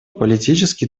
политически